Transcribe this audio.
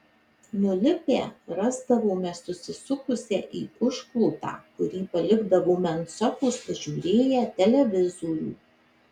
nulipę rasdavome susisukusią į užklotą kurį palikdavome ant sofos pažiūrėję televizorių